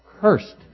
cursed